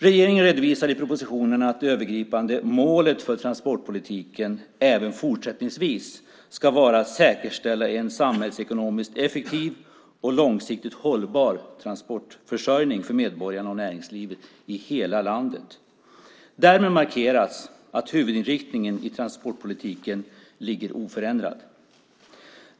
Regeringen redovisar i propositionen att det övergripande målet för transportpolitiken även fortsättningsvis ska vara att säkerställa en samhällsekonomiskt effektiv och långsiktigt hållbar transportförsörjning för medborgarna och näringslivet i hela landet. Därmed markeras att huvudinriktningen i transportpolitiken ligger oförändrad.